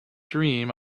dream